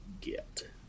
get